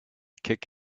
kick